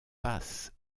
passe